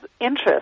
interest